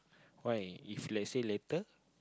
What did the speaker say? why if let's say later